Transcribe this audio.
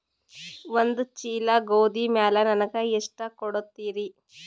ಒಂದ ಚೀಲ ಗೋಧಿ ಮ್ಯಾಲ ನನಗ ಎಷ್ಟ ಕೊಡತೀರಿ?